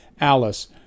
Alice